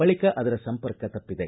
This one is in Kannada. ಬಳಿಕ ಅದರ ಸಂಪರ್ಕ ತಪ್ಪಿದೆ